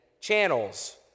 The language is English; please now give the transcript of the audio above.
channels